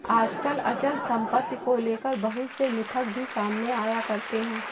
आजकल अचल सम्पत्ति को लेकर बहुत से मिथक भी सामने आया करते हैं